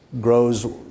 grows